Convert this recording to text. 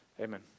Amen